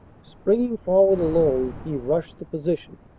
springing forward alone, he rushed the position,